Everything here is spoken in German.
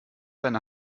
deine